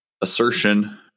assertion